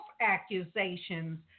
accusations